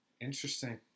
Interesting